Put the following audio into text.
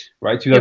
right